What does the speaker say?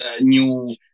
new